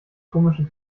komische